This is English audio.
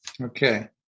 Okay